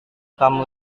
kamu